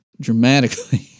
dramatically